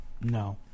no